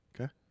Okay